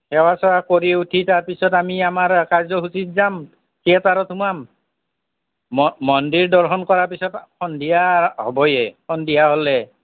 সেৱা চেৱা কৰি উঠি তাৰপিছত আমি আমাৰ কাৰ্য্যসূচীত যাম থিয়েটাৰত সোমাম মন মন্দিৰ দৰ্শন কৰাৰ পিছত সন্ধিয়া হ'বয়ে সন্ধিয়া হ'লে